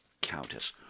Countess